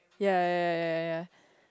ya ya ya ya ya